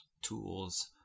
tools